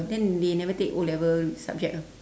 then they never take O-level subject ah